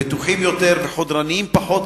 בטוחים יותר וחודרניים פחות,